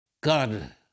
God